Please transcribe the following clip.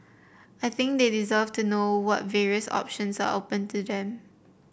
I think they deserve to know what various options are open to them